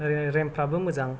रेम फ्राबो मोजां